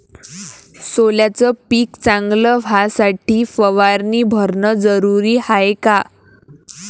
सोल्याचं पिक चांगलं व्हासाठी फवारणी भरनं जरुरी हाये का?